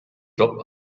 job